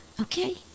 okay